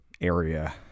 area